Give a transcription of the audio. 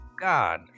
God